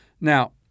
Now